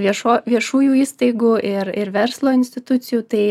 viešo viešųjų įstaigų ir ir verslo institucijų tai